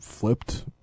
flipped